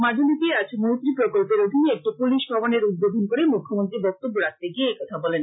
মাজুলীতে আজ মৈত্রী প্রকল্পের অধীনে একটি পুলিশ ভবণের উদ্বোধন করে মুখ্যমন্ত্রী বক্তব্য রাখতে গিয়ে এই কথা বলেন